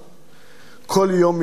כל יום מימי חייו,